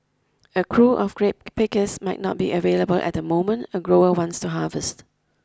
a crew of grape pickers might not be available at the moment a grower wants to harvest